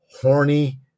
horny